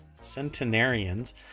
centenarians